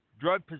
drug